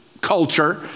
culture